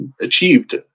achieved –